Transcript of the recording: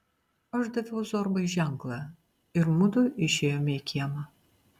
aš daviau zorbai ženklą ir mudu išėjome į kiemą